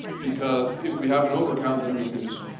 because if we have an overcount and we can just,